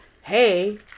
hey